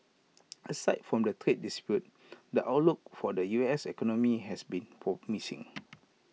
aside from the trade dispute the outlook for the U S economy has been promising